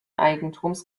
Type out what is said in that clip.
eigentums